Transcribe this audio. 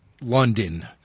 london